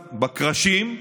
בקרשים.